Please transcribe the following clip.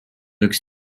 üks